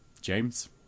James